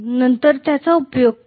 नंतर त्याचा उपयोग करा